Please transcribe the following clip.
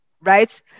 right